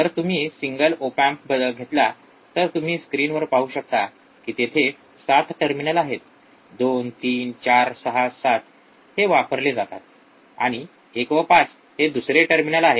जर तुम्ही single op amp घेतला तर तुम्ही स्क्रीन वर पाहू शकता कि तेथे ७ टर्मिनल आहेत २३४६७ हे वापरले जातात आणि १ व ५ हे दुसरे टर्मिनल आहेत